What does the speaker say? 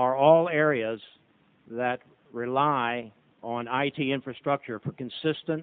are all areas that rely on i t infrastructure for consistent